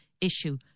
issue